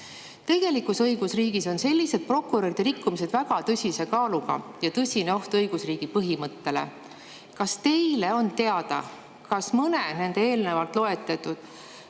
õigusriigis on sellised prokuröride rikkumised väga tõsise kaaluga ja tõsine oht õigusriigi põhimõttele. Kas teile on teada, kas mõne eelnevalt loetletud,